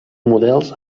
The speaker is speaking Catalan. models